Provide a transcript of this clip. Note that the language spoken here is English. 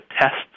tests